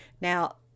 Now